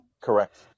Correct